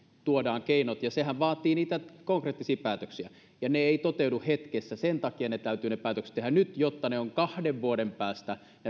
tuodaan keinot sehän vaatii niitä konkreettisia päätöksiä ja ne eivät toteudu hetkessä sen takia täytyy ne päätökset tehdä nyt jotta kahden vuoden päästä ne